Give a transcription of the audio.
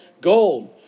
Gold